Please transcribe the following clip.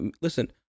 listen